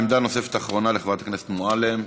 עמדה נוספת אחרונה לחברת הכנסת מועלם,